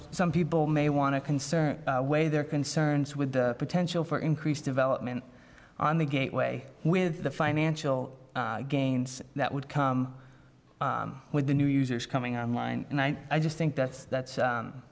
some people may want to concern way their concerns with the potential for increased development on the gateway with the financial gains that would come with the new users coming on line and i just think that's that's